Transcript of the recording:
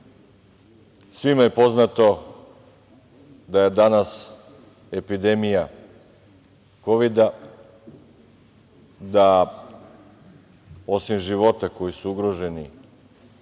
itd. Svima je poznato da je danas epidemija kovida i da, osim života koji su ugroženi